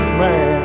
man